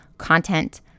content